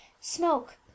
smoke